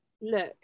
look